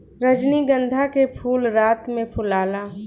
रजनीगंधा के फूल रात में फुलाला